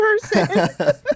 person